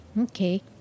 Okay